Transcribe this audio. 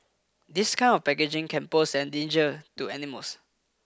this kind of packaging can pose a danger to animals